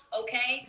okay